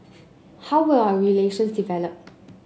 how will our relations develop